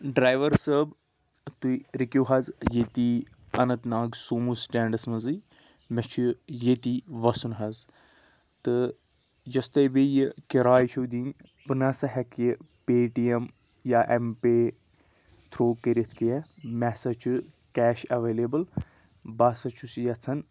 driver صٲب تُہۍ رُکِو حظ ییٚتی اننت ناگ سومو سِٹینٛڈَس منٛزٕے مےٚ چھُ ییٚتی وَسُن حظ تہٕ یۄس تۄہہِ بیٚیہِ یہِ کِراے چھُو دِنۍ بہٕ نہ سا ہیٚکہٕ یہِ پے ٹی اٮ۪م یا اٮ۪م پے تھرٛوٗ کٔرِتھ کینٛہہ مےٚ ہَسا چھُ کیش اٮ۪ویلیبٕل بہٕ ہَسا چھُس یَژھان